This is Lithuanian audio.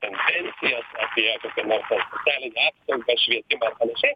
ten pensijas apie kokią nors ten socialinę apsaugą švietimą ir panašiai